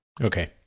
Okay